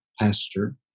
pastor